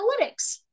analytics